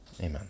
amen